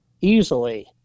easily –